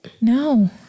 No